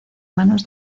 manos